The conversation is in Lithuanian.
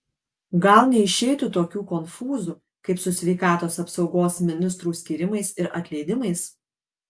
gal neišeitų tokių konfūzų kaip su sveikatos apsaugos ministrų skyrimais ir atleidimais